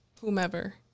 whomever